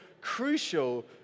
crucial